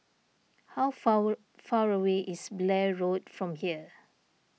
how far far away is Blair Road from here